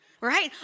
Right